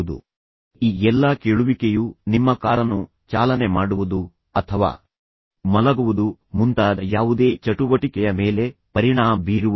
ಆದ್ದರಿಂದ ಈ ಎಲ್ಲಾ ಕೇಳುವಿಕೆಯು ನಿಮ್ಮ ಕಾರನ್ನು ಚಾಲನೆ ಮಾಡುವುದು ಅಥವಾ ಮಲಗುವುದು ಮುಂತಾದ ಯಾವುದೇ ಚಟುವಟಿಕೆಯ ಮೇಲೆ ಪರಿಣಾಮ ಬೀರುವುದಿಲ್ಲ